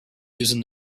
using